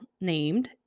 named